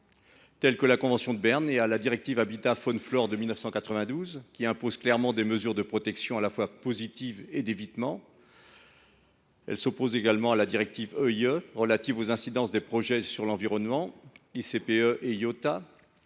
telles que la convention de Berne et la directive Habitats faune flore de 1992, qui impose clairement des mesures de protection, à la fois positives et d’évitement. Elles s’opposent également à la directive EIE relative aux incidences sur l’environnement des